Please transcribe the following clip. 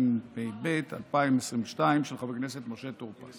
התשפ"ב 2022, של חבר הכנסת משה טור פז,